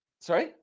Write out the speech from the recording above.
Sorry